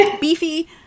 Beefy